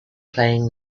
playing